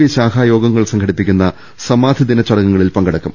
P ശാഖാ യോഗങ്ങൾ സംഘടിപ്പിക്കുന്ന സമാധിദിന ചടങ്ങുകളിൽ പങ്കെടുക്കും